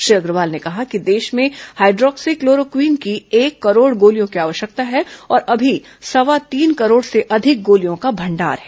श्री अग्रवाल ने कहा कि देश में हाइड्रोक्सी क्लोरोक्वीन की एक करोड़ गोलियों की आवश्यकता है और अभी सवा तीन करोड़ से अधिक गोलियों का भंडार है